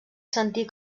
sentir